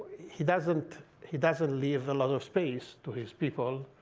he doesn't he doesn't leave a lot of space to his people.